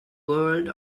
world